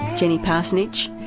jenny parsonage,